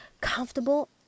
comfortable